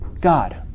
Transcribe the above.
God